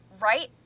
right